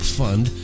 fund